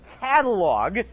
catalog